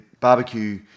barbecue